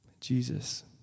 Jesus